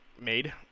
made